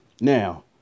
Now